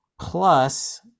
Plus